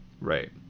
Right